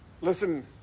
Listen